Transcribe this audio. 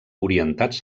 orientats